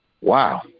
Wow